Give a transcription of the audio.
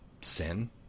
sin